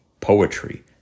poetry